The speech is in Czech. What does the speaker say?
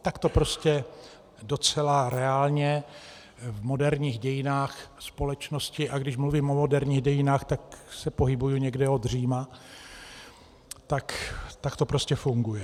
Tak to prostě docela reálně v moderních dějinách společnosti a když mluvím o moderních dějinách, tak se pohybuji někde od Říma tak to prostě funguje.